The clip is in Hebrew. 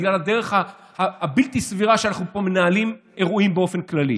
בגלל הדרך הבלתי-סבירה שאנחנו פה מנהלים אירועים באופן כללי.